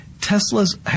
Tesla's